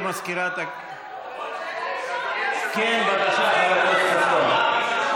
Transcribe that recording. כן, בבקשה, חבר הכנסת חסון.